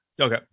Okay